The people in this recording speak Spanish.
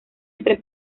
entre